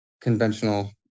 conventional